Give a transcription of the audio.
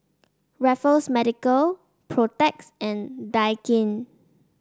Raffles Medical Protex and Daikin